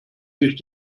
nicht